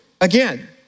again